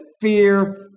fear